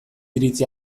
iritzi